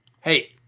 Hey